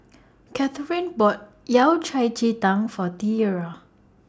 Kathrine bought Yao Cai Ji Tang For Tiera